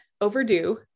overdue